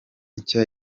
nshya